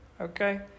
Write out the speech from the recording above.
okay